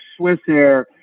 Swissair